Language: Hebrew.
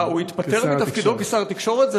אה, הוא התפטר מתפקידו כשר התקשורת?